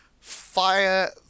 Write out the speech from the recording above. Fire